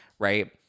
Right